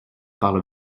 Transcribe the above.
parle